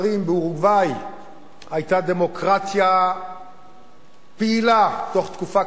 באורוגוואי היתה דמוקרטיה פעילה ותוך תקופה קצרה